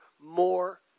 More